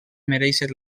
merèixer